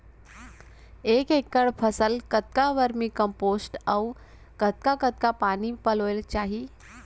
एक एकड़ फसल कतका वर्मीकम्पोस्ट अऊ कतका कतका पानी पलोना चाही?